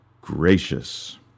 Gracious